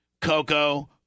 Coco